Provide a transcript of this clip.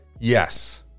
Yes